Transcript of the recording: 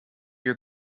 your